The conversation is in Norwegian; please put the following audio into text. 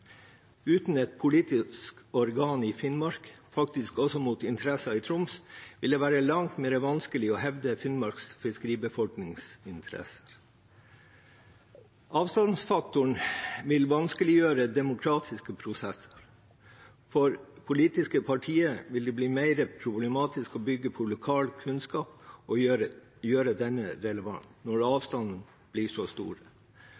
Uten et politisk organ i Finnmark, faktisk også mot interesser i Troms, vil det være langt vanskeligere å hevde Finnmarks fiskeribefolknings interesser. Avstandsfaktoren vil vanskeliggjøre demokratiske prosesser. For politiske partier vil det bli mer problematisk å bygge på lokal kunnskap og gjøre denne relevant når avstanden blir så stor.